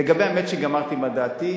לגבי ה"מצ'ינג", אמרתי מה דעתי.